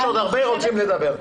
יש עוד הרבה שרוצים להתייחס.